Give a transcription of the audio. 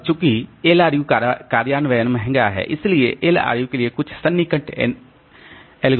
अब चूंकि LRU कार्यान्वयन महंगा है इसलिए LRU के लिए कुछ सन्निकटन एल्गोरिदम हैं